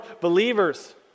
believers